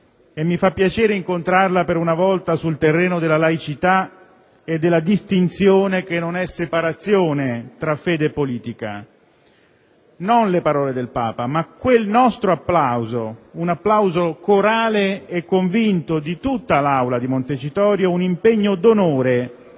(e mi fa piacere incontrarla per un volta sul terreno della laicità e della distinzione, che non è separazione, tra fede e politica), ma quel nostro applauso, un applauso corale e convinto di tutta l'Aula di Montecitorio, un impegno d'onore